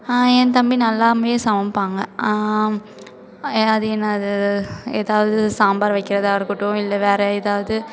என் தம்பி நல்லா சமைப்பாங்க அது என்னது அது எதாவது சாம்பார் வைக்கிறதாக இருக்கட்டும் இல்லை வேறு ஏதாவது